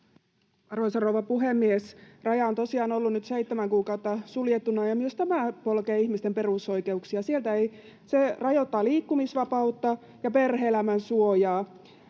Arvoisa rouva puhemies! Raja on tosiaan ollut nyt seitsemän kuukautta suljettuna, ja myös tämä polkee ihmisten perusoikeuksia. Se rajoittaa liikkumisvapautta ja perhe-elämän suojaa.